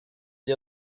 gli